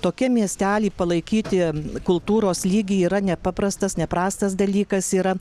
tokiam miestely palaikyti kultūros lygį yra nepaprastas neprastas dalykas yra